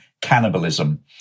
cannibalism